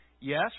Yes